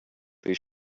they